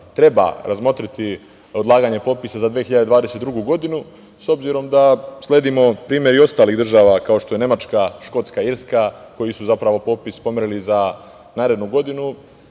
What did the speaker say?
treba razmotriti odlaganje popisa za 2022. godinu, s obzirom da sledimo primer i ostalih država, kao što su Nemačka, Škotska, Irska koje su zapravo popis pomerile za narednu godinu,